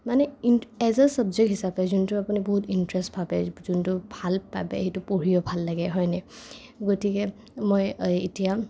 মানে as a subject হিচাপে যোনটো আপুনি বহুত ইণ্টাৰেষ্ট ভাবে যোনটো ভাল পাবে সেইটো পঢ়িও ভাল লাগে হয়নে গতিকে মই এতিয়া